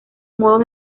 modos